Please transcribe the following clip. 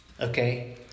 Okay